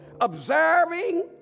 Observing